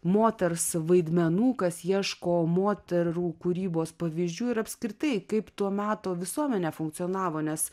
moters vaidmenų kas ieško moterų kūrybos pavyzdžių ir apskritai kaip to meto visuomenė funkcionavo nes